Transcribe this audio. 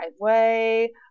driveway